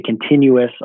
continuous